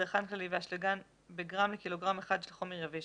זרחן כללי ואשלגן בגרם לקילוגרם אחד של חומר יבש.